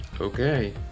Okay